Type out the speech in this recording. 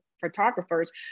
photographers